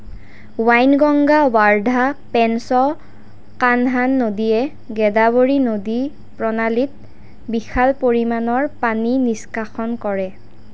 ৱাইনগঙ্গা ৱাৰ্ধা পেঞ্চ কানহা নদীয়ে গোদাৱৰী নদী প্ৰণালীত বিশাল পৰিমাণৰ পানী নিষ্কাশন কৰে